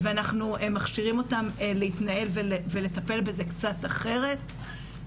ואנחנו מכשירים אותם להתנהל ולטפל בזה קצת אחרת.